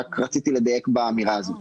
רציתי רק לדייק באמירה הזאת.